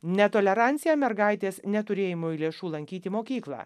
netolerancija mergaitės neturėjimui lėšų lankyti mokyklą